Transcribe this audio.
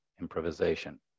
improvisation